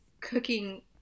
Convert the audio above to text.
cooking